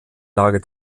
lage